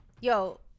yo